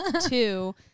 two